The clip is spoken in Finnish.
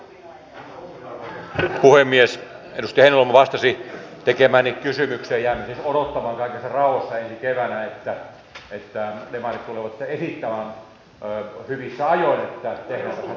edustaja heinäluoma vastasi tekemääni kysymykseen ja jään nyt odottamaan kaikessa rauhassa ensi kevääseen että demarit tulevat esittämään hyvissä ajoin että tehtäisiin näitä siirtoja